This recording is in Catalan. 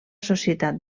societat